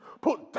put